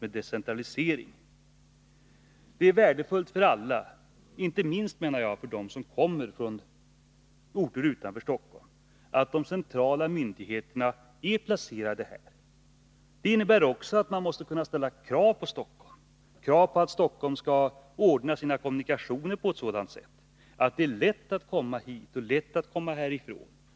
Det är enligt min mening värdefullt för alla, och inte minst för dem som kommer från orter utanför Stockholm, att de centrala myndigheterna är placerade här. Samtidigt innebär detta att man måste kunna ställa krav på Stockholm, på att Stockholm skall ordna sina kommunikationer på ett sådant sätt att det är lätt att komma hit och att komma härifrån.